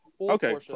Okay